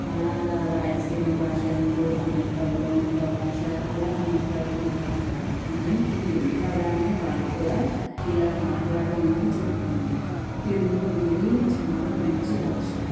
అలాగే రాయలసీమ భాషల్లో అనంతపురం ఒక భాష అలాగ మాట్లాడుతూ ఉంటారనమాట కానీ ఈ తెలుగు పదాల్నే వాళ్ళు కూడా ఇలాగ మాట్లాడ్డమనేది జరుగుతుంది తెలుగు అనేది చాలా మంచి భాష